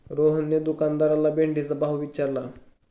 रोहनने दुकानदाराला भेंडीचा भाव विचारला